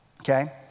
okay